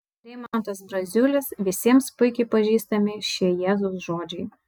deimantas braziulis visiems puikiai pažįstami šie jėzaus žodžiai